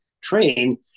train